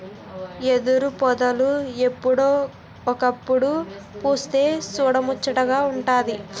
ఎదురుపొదలు ఎప్పుడో ఒకప్పుడు పుస్తె సూడముచ్చటగా వుంటాది